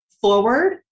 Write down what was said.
forward